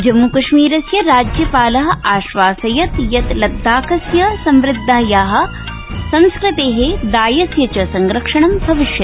जम्मू कश्मीरस्य राज्यपाल आश्वासयत् यत् लद्दाखस्य समृद्धाया संस्कृते दायस्य च संरक्षणं भविता